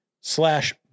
slash